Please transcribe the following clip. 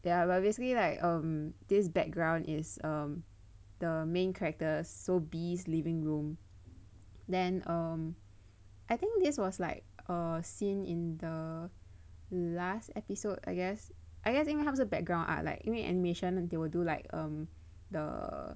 ya but basically like um this background is um the main characters so Bee's living room then um I think this was like a scene in the last episode I guess I guess 因为他是 background art like 因为 animation they will do like um the